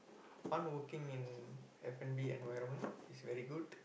fun working in F-and-B environment it's very good